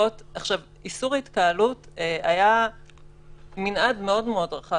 איסור ההתקהלות היה מנעד מאוד מאוד רחב,